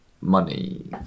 money